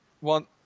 one